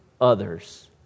others